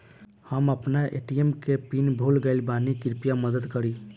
हम आपन ए.टी.एम के पीन भूल गइल बानी कृपया मदद करी